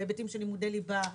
בהיבטים של לימודי ליבה,